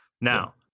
Now